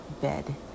bed